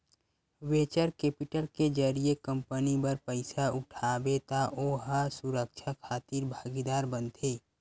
venture capital के जरिए company बर पइसा उठाबे त ओ ह सुरक्छा खातिर भागीदार बनथे